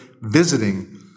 visiting